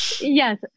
Yes